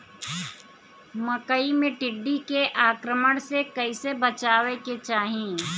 मकई मे टिड्डी के आक्रमण से कइसे बचावे के चाही?